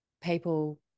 people